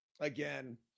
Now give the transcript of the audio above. again